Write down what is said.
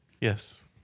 Yes